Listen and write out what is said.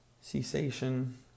cessation